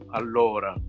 allora